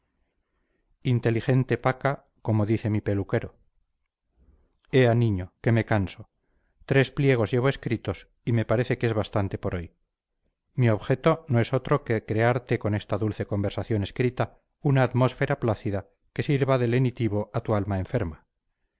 inteligente paca como dice mi peluquero ea niño que me canso tres pliegos llevo escritos y me parece que es bastante por hoy mi objeto no es otro que crearte con esta dulce conversación escrita una atmósfera plácida que sirva de lenitivo a tu alma enferma